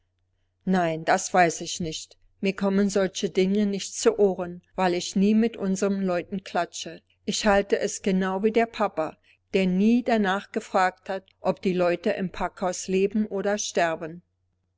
nein das weiß ich nicht mir kommen solche dinge nicht zu ohren weil ich nie mit unseren leuten klatsche ich halte es genau wie der papa der nie danach gefragt hat ob die leute im packhause leben oder sterben